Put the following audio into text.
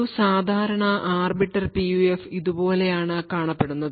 ഒരു സാധാരണ arbiter PUF ഇതുപോലെയാണ് കാണപ്പെടുന്നത്